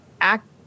act